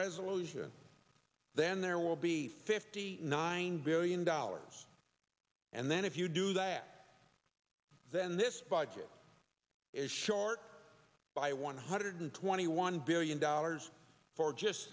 resolution then there will be fifty nine billion dollars and then if you do that then this budget is short by one hundred twenty one billion dollars for just